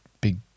big